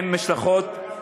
רק מרוקאים לא לקחתם?